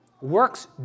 Works